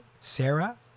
Sarah